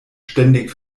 ständig